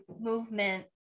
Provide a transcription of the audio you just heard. movement